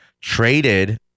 traded